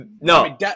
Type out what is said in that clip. No